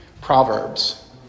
Proverbs